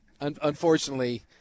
unfortunately